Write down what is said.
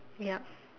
ya